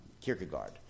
Kierkegaard